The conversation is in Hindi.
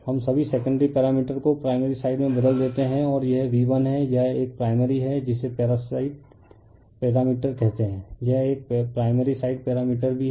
हम सभी सेकेंडरी पैरामीटर को प्राइमरी साइड में बदल देते हैं और यह V1 है यह एक प्राइमरी है जिसे पैरासाइट पैरामीटर कहते हैं यह एक प्राइमरी साइड पैरामीटर भी है